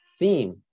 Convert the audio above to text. theme